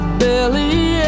belly